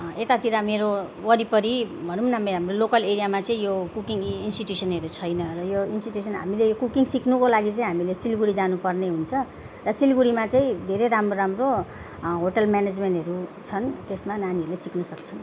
यतातिर मेरो वरिपरि भनौँ नै भने हाम्रो लोकल एरियामा चाहिँ यो कुकिङ इन्सटिट्युसनहरू छैन र यो इन्सटिट्युसन हामीले कुकिङ सिक्नुको लागि चाहिँ हामीले सिलगढी जानुपर्ने हुन्छ र सिलगढीमा चाहिँ धेरै राम्रो राम्रो होटल म्यानेजमेन्टहरू छन् त्यसमा नानीहरूले सिक्नुसक्छ